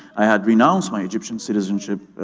i had renounced my egyptian citizen,